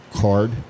card